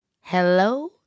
hello